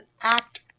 act